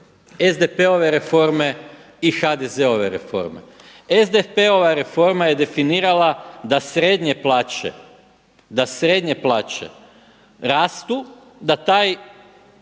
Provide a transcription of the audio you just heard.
SDP-ove reforme i HDZ-ove reforme. SDP-ova reforma je definirala da srednje plaće, da